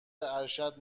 ارشد